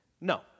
No